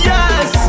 Yes